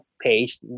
page